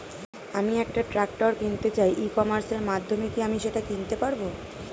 আমি একটা ট্রাক্টর কিনতে চাই ই কমার্সের মাধ্যমে কি আমি সেটা কিনতে পারব?